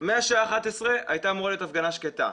מהשעה 23:00 הייתה אמורה להיות הפגנה שקטה.